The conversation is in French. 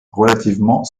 relativement